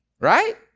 right